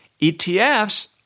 ETFs